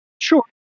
Sure